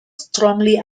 strongly